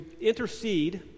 intercede